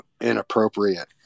inappropriate